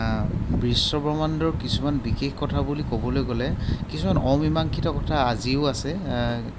বিশ্বব্ৰহ্মাণ্ডৰ কিছুমান বিশেষ কথা বুলি ক'বলৈ গ'লে কিছুমান অমীমাংসিত কথা আজিও আছে